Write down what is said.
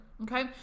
Okay